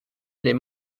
les